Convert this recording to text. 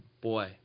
Boy